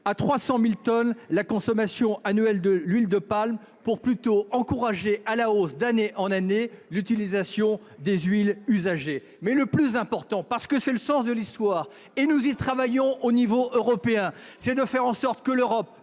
à 300 000 tonnes la consommation annuelle d'huile de palme, pour encourager plutôt la hausse, d'année en année, de l'utilisation des huiles usagées. Le plus important, parce que c'est le sens de l'histoire- nous y travaillons au niveau européen -, c'est de faire en sorte que l'Europe